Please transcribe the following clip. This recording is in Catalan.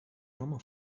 aroma